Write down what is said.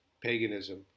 paganism